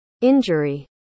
Injury